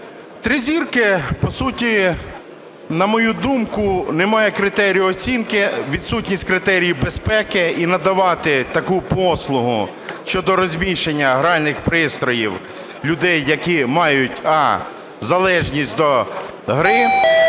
Три зірки – по суті, на мою думку, немає критерію оцінки, відсутність критерію безпеки і надавати таку послугу щодо розміщення гральних пристроїв людей, які мають: а) залежність до гри